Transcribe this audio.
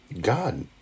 God